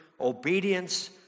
obedience